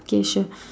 K sure